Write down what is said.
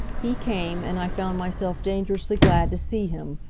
he came, and i found myself dangerously glad to see him,